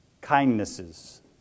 kindnesses